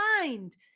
mind